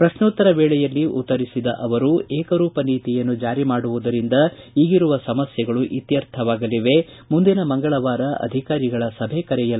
ಪ್ರಶ್ನೋತ್ತರ ವೇಳೆಯಲ್ಲಿ ಉತ್ತರಿಸಿದ ಅವರು ಏಕರೂಪ ನೀತಿಯನ್ನು ಜಾರಿ ಮಾಡುವುದರಿಂದ ಈಗಿರುವ ಸಮಸ್ಯೆಗಳು ಇತ್ತರ್ಥವಾಗಲಿವೆ ಮುಂದಿನ ಮಂಗಳವಾರ ಅಧಿಕಾರಿಗಳ ಸಭೆ ಕರೆಯಲಾಗುವುದು ಎಂದರು